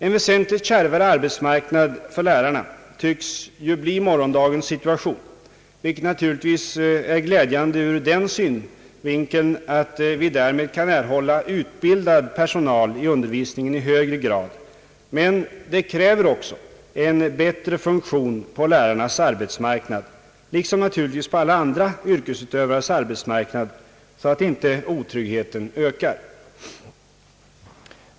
En väsentligt kärvare arbetsmarknad för lärarna tycks dock bli morgondagens situation, vilket naturligtvis är glädjande ur den synvinkeln, att vi därmed kan erhålla utbildad personal i undervisningen i högre grad än vi har för närvarande, men det förhållandet kräver också en bättre funktion på lärarnas arbetsmarknad, liksom naturligtvis på alla andra yrkesutövares arbetsmarknad, för att inte otryggheten skall öka.